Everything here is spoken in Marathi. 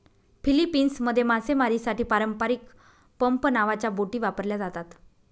फिलीपिन्समध्ये मासेमारीसाठी पारंपारिक पंप नावाच्या बोटी वापरल्या जातात